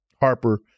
Harper